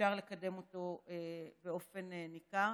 ואפשר לקדם אותה באופן ניכר.